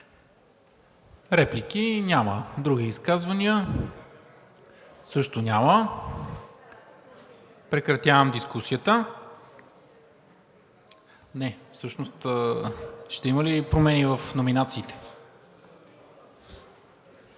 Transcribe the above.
Реплики? Няма. Други изказвания? Също няма. Прекратявам дискусията. Не, всъщност ще има ли промени в номинациите?